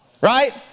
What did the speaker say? Right